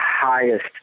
highest